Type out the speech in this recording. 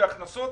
בהכנסות